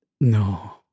No